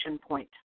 point